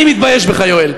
אני מתבייש בך, יואל.